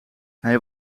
hij